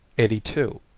eighty two.